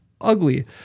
ugly